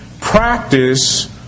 practice